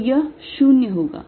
तो यह 0 होगा